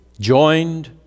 joined